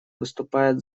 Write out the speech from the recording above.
выступает